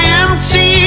empty